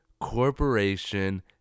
corporation